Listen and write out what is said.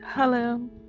Hello